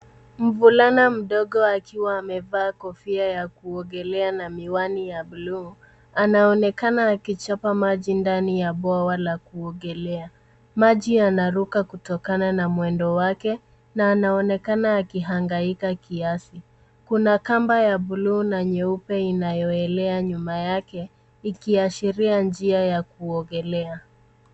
Mvulana mdogo akiwa amevaa kofia ya kuogelea na miwani ya buluu naonekana akichapa maji ndani ya bwawa la kuogelea. Maji yanaruka kutokana na mwendo wake na anaonekana akihangaika kiasi. Kuna kamba ya buluu na nyeupe inayoelea nyuma yake ikiashiria njia ya kuogelea.